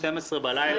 12:00 בלילה,